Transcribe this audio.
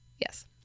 Yes